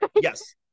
yes